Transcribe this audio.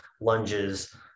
lunges